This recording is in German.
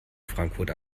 frankfurt